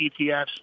ETFs